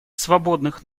свободных